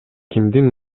кимдин